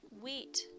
wheat